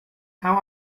how